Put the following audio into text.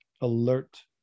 alert